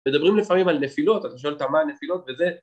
‫מדברים לפעמים על נפילות, ‫אתה שואל אותה מה הנפילות, וזה...